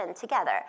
together